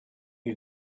you